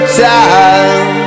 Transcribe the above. time